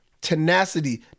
tenacity